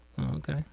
Okay